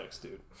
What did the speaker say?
dude